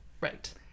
right